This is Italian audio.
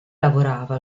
lavorava